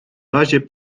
razie